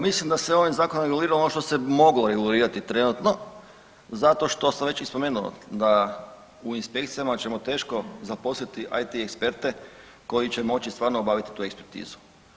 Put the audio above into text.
mislim da se ovim zakonom regulirano ono što se moglo regulirati trenutno zato što sam već i spomenuo da u inspekcijama ćemo teško zaposliti IT eksperte koji će moći stvarno obaviti tu ekspertizu.